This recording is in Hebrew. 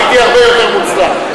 הייתי הרבה יותר מוצלח.